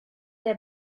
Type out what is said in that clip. der